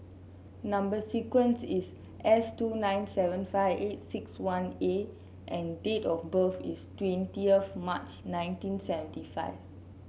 number sequence is S two nine seven five eight six one A and date of birth is twenty of March nineteen seventy five